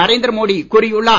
நரேந்திர மோடி கூறியுள்ளார்